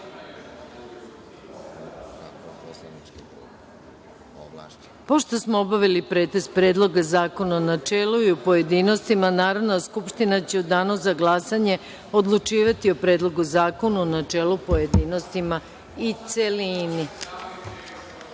smo obavili pretres Predloga zakona u načelu i u pojedinostima, Narodna skupština će u Danu za glasanje odlučivati o Predlogu zakona u načelu, pojedinostima i u